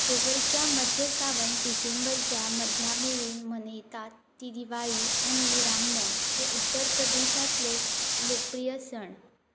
ऑक्टोबरच्या मध्यसावन डिसेंबरच्या मध्यामेरेन मनयतात ती दिवाळी आनी रामनम हे उत्तर प्रदेशांतले लोकप्रिय सण